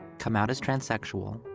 come out as transsexual,